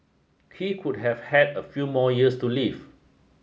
he could have had a few more years to live